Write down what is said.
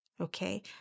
okay